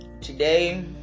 today